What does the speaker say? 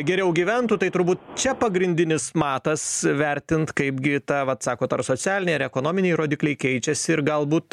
geriau gyventų tai turbūt čia pagrindinis matas vertint kaipgi ta vat sako socialiniai ir ekonominiai rodikliai keičiasi ir galbūt